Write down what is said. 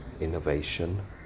Innovation